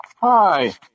Hi